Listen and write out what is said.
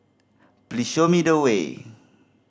please show me the way